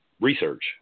research